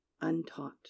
untaught